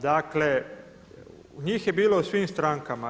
Dakle, njih je bilo u svim strankama.